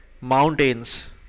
mountains